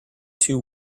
two